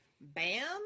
bam